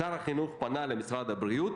שר החינוך פנה למשרד הבריאות,